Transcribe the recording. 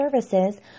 services